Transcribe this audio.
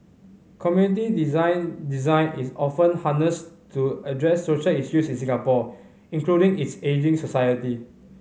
community design Design is often harnessed to address social issues in Singapore including its ageing society